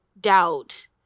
doubt